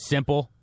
Simple